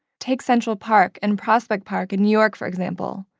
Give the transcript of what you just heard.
take central park and prospect park in new york, for example,